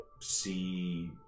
see